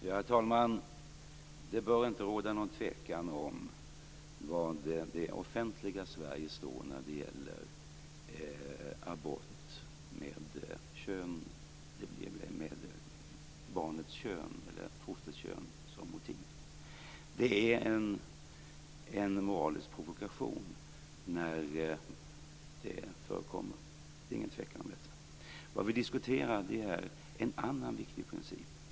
Herr talman! Det bör inte råda någon tvekan om var det offentliga Sverige står när det gäller abort med fostrets kön som motiv. Det är inget tvivel om att det är en moralisk provokation när det förekommer. Vad vi diskuterar är en annan viktig princip.